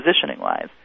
positioning-wise